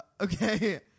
okay